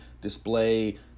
display